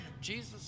Jesus